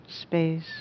space